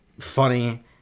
funny